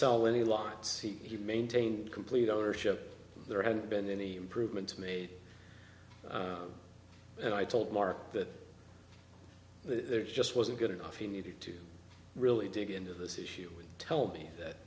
sell any lots he maintained complete ownership there hadn't been any improvements made and i told mark that there just wasn't good enough he needed to really dig into this issue tell me that